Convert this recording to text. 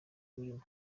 burimo